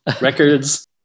records